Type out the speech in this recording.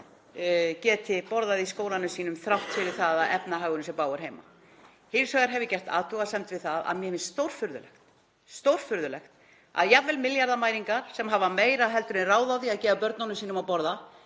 geti borðað í skólanum sínum þrátt fyrir að efnahagurinn sé bágur heima. Hins vegar hef ég gert athugasemd við það að mér finnst stórfurðulegt að jafnvel milljarðamæringar, sem hafa meira heldur en ráð á því að gefa börnunum sínum að borða,